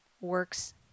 works